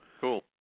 Cool